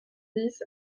dix